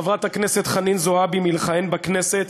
חברת הכנסת חנין זועבי מלכהן בכנסת,